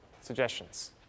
Suggestions